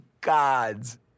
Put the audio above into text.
gods